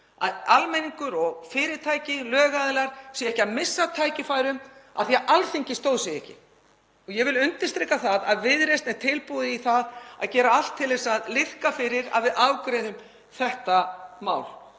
að almenningur, fyrirtæki og lögaðilar séu ekki að missa af tækifærum af því að Alþingi stóð sig ekki. Ég vil undirstrika það að Viðreisn er tilbúin í að gera allt til þess að liðka fyrir því að við afgreiðum þetta mál